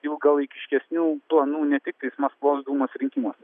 ilgalaikiškesnių planų ne tik tais maskvos dūmos rinkimuose